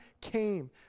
came